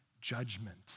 judgment